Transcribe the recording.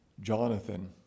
Jonathan